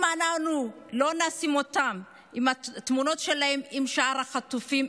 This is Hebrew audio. אם אנחנו לא נשים את התמונות שלהם עם שאר החטופים,